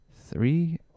three